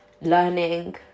learning